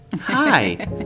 hi